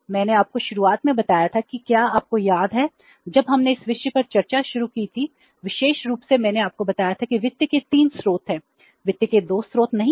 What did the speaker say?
मैंने आपको शुरुआत में बताया था कि क्या आपको याद है जब हमने इस विषय पर चर्चा शुरू की थी विशेष रूप से मैंने आपको बताया था कि वित्त के 3 स्रोत हैं वित्त के 2 स्रोत नहीं हैं